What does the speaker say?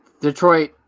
Detroit